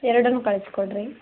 ಎರಡೂ ಕಳಿಸ್ಕೊಡ್ರಿ